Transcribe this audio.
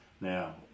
Now